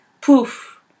poof